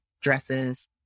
dresses